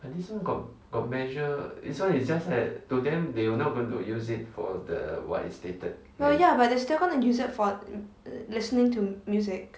well ya but they're still gonna use it for listening to music